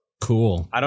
Cool